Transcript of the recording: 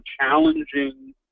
challenging